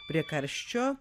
prie karščio